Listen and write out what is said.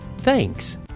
Thanks